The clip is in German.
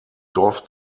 dorf